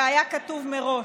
זה היה כתוב מראש.